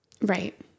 right